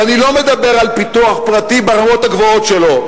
ואני לא מדבר על ביטוח פרטי ברמות הגבוהות שלו,